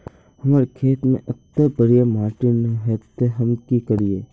हमर खेत में अत्ते बढ़िया माटी ने है ते हम की करिए?